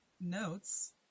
notes